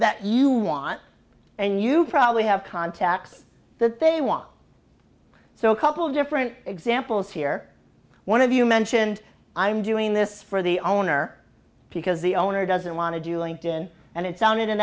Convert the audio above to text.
that you want and you probably have contacts that they want so a couple different examples here one of you mentioned i'm doing this for the owner because the owner doesn't want to do and didn't and it sounded in